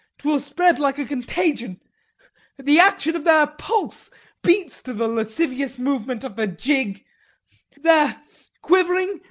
twill spread like a contagion the action of their pulse beats to the lascivious movement of the jig their quivering,